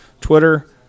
Twitter